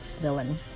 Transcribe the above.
villain